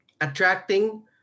attracting